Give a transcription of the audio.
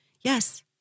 yes